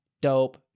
Dope